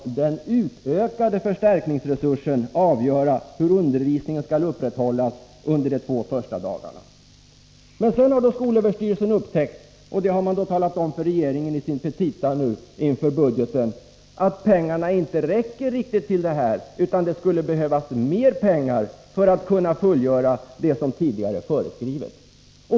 —”den utökade förstärkningsresursen avgöra hur undervisningen skall upprätthållas under de två första dagarna.” Men sedan har skolöverstyrelsen upptäckt — och det har man talat om för regeringen i sina petita inför budgeten — att pengarna inte räcker till, utan att det skulle behövas mer pengar för att kunna fullgöra det som tidigare är föreskrivet.